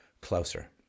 closer